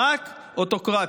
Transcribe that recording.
רק אוטוקרטיה,